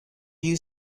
you